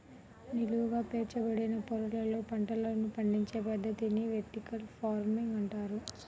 నిలువుగా పేర్చబడిన పొరలలో పంటలను పండించే పద్ధతిని వెర్టికల్ ఫార్మింగ్ అంటారు